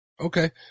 Okay